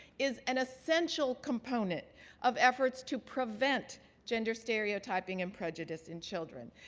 is an essential component of efforts to prevent gender stereotyping and prejudice in children.